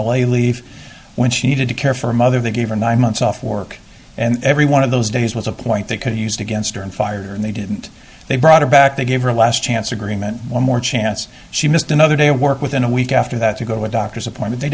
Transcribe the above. a leave when she needed to care for a mother they gave her nine months off work and every one of those days was a point that could be used against her and fire and they didn't they brought her back they gave her a last chance agreement one more chance she missed another day of work within a week after that to go to a doctor's appointment they